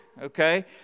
Okay